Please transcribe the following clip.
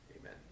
amen